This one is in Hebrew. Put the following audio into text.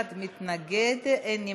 אחד מתנגד, אין נמנעים.